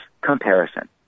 comparison